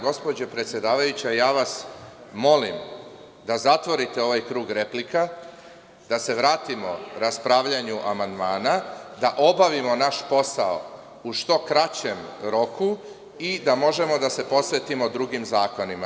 Gospođo predsedavajuća, ja vas molim, da zatvorite ovaj krug replika, da se vratimo raspravljanju amandmana, da obavimo naš posao u što kraćem roku i da možemo da se posvetimo drugim zakonima.